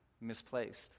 misplaced